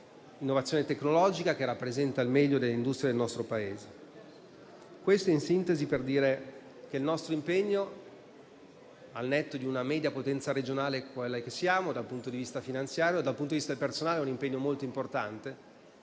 innovazione tecnologica, che rappresenta il meglio delle industrie del nostro Paese. Questo, in sintesi, per dire che il nostro impegno, al netto di una media potenza regionale, quale siamo dal punto di vista finanziario, dal punto di vista personale è un impegno molto importante.